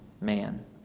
man